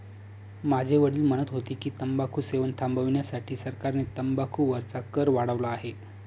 माझे वडील म्हणत होते की, तंबाखू सेवन थांबविण्यासाठी सरकारने तंबाखू वरचा कर वाढवला आहे